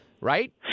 right